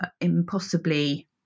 impossibly